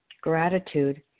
Gratitude